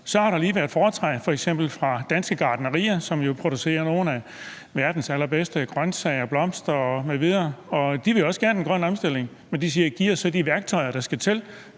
Så har der lige været foretræde, f.eks. fra Dansk Gartneri, som jo producerer nogle af verdens allerbedste grønsager, blomster m.v. De vil også gerne den grønne omstilling, men de siger: Giv os så de værktøjer, der skal til,